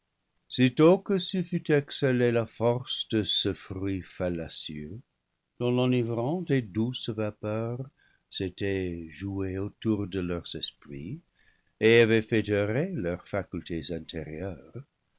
sitôt que se fut exhalée la force de ce fruit fallacieux dont l'enivrante et douce vapeur s'était jouée autour de leurs esprits et avait fait errer leurs facultés intérieures